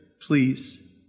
please